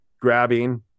grabbing